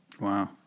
Wow